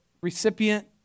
recipient